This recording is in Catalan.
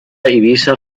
eivissa